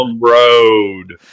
road